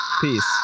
Peace